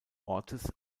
ortes